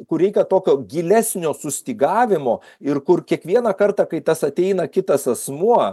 kur reikia tokio gilesnio sustygavimo ir kur kiekvieną kartą kai tas ateina kitas asmuo